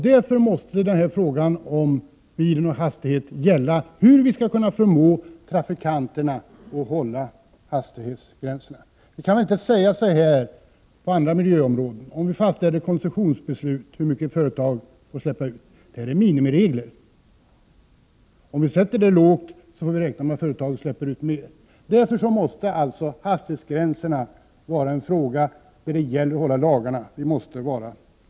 Därför måste frågan om bilen och hastigheten gälla hur vi skall kunna förmå trafikanterna att hålla hastighetsgränserna. Vi kan inte säga så här på andra miljöområden, t.ex. om vi fastställer koncessionsbeslut om hur mycket ett företag får släppa ut: ”Det här är minimiregler. Om vi sätter gränsen lågt får vi räkna med att företaget släpper ut mera.” Vi måste vara laglydiga även när det gäller hastighetsgränserna.